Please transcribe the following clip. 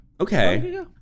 Okay